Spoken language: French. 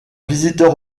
visiteur